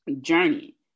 journey